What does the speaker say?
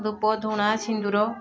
ଧୂପ ଝୁଣା ସିନ୍ଦୂର